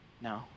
no